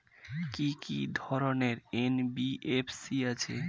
কি কি ধরনের এন.বি.এফ.সি আছে?